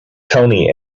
tony